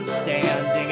standing